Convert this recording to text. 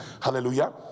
Hallelujah